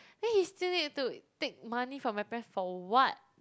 then he still need to take money from my parents for what